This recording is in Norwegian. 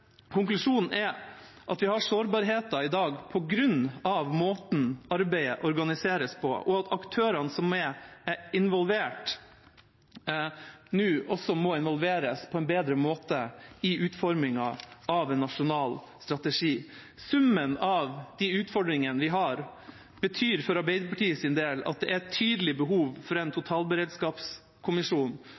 Konklusjonen er at vi i dag har sårbarhet på grunn av måten arbeidet organiseres på, og at aktørene som er involvert, må involveres på en bedre måte i utformingen av en nasjonal strategi. Summen av de utfordringene vi har, betyr for Arbeiderpartiets del at det er et tydelig behov for en totalberedskapskommisjon